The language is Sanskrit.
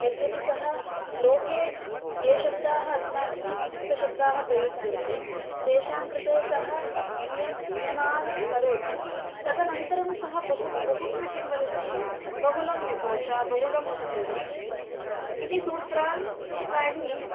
यद्यपि सः लोके ये शब्दाः अस्माभिः संस्कृतशब्दाः प्रयुज्यन्ते तेषां कृते सः नियमं नियमान् करोति तदनन्तरं सः बहु बहुत्र किं वदति बहुलं विभाषा बहुलं छन्दसि इति सूत्रान् सूत्राणि